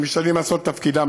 הם משתדלים לעשות את תפקידם,